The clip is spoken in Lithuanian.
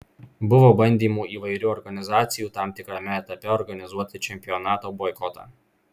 buvo bandymų įvairių organizacijų tam tikrame etape organizuoti čempionato boikotą